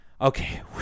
Okay